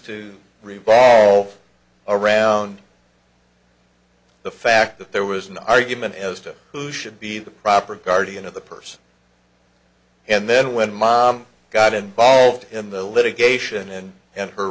to revolve around the fact that there was an argument as to who should be the proper guardian of the purse and then when mom got involved in the litigation in and her